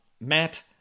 Matt